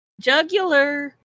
jugular